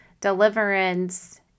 deliverance